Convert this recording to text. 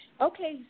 Okay